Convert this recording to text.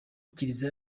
kiliziya